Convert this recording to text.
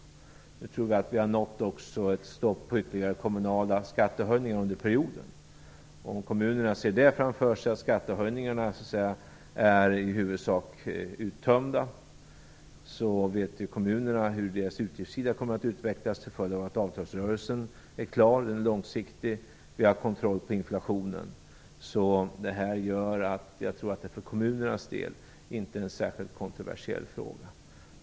Jag tror att vi har nått ett stopp på ytterligare kommunala skattehöjningar under perioden. Om kommunerna ser framför sig att möjligheterna till skattehöjningar i huvudsak är uttömda, vet de hur deras utgiftssida kommer att utvecklas till följd av att avtalsrörelsen är klar, och den är långsiktig. Vi har kontroll på inflationen. Det gör att detta för kommunernas del inte är en särskilt kontroversiell fråga.